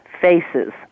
faces